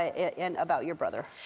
and about your brother.